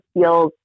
feels